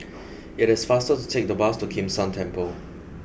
it is faster to take the bus to Kim San Temple